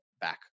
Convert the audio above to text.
back